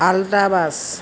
ultra bus